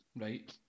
right